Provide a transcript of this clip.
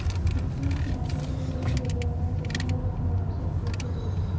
street market एक ऐसी जगह है जहां लोग अपनी आवश्यक वस्तुएं खरीदते हैं